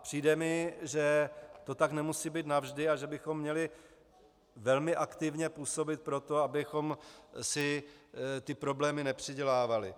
Přijde mi, že to tak nemusí být navždy a že bychom měli velmi aktivně působit pro to, abychom si problémy nepřidělávali.